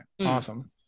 awesome